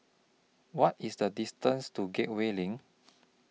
What IS The distance to Gateway LINK